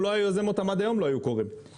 לא היה יוזם אותם הם לא היו קורים עד היום.